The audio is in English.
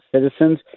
citizens